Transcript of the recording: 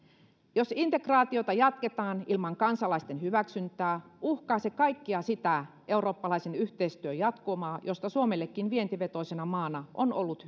jos integraatiota jatketaan ilman kansalaisten hyväksyntää uhkaa se kaikkea sitä eurooppalaisen yhteistyön jatkumoa josta suomellekin vientivetoisena maana on ollut